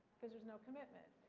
because there's no commitment.